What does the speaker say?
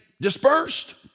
dispersed